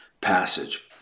passage